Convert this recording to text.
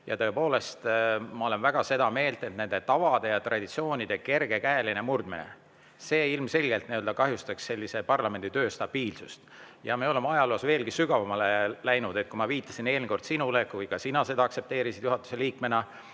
Tõepoolest, ma olen väga seda meelt, et meie tavade ja traditsioonide kergekäeline murdmine ilmselgelt kahjustaks parlamendi töö stabiilsust. Ja me oleme ajaloos veelgi sügavamale läinud. Eelmine kord ma viitasin sinule, kui ka sina aktsepteerisid juhatuse liikmena